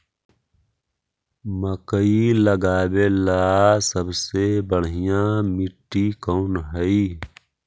मकई लगावेला सबसे बढ़िया मिट्टी कौन हैइ?